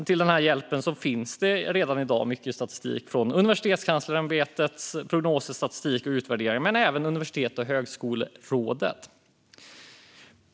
Till hjälp finns redan mycket prognoser, statistik och utvärderingar från Universitetskanslersämbetet och Universitets och högskolerådet.